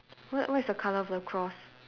what what is the colour for the cross